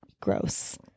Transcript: Gross